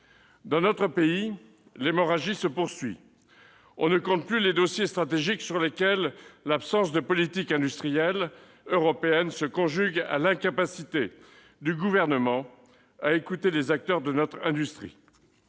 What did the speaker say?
Dans notre pays, l'hémorragie se poursuit. On ne compte plus les dossiers stratégiques sur lesquels l'absence de politique industrielle européenne se conjugue à l'incapacité du Gouvernement à écouter les acteurs de notre industrie.